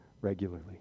regularly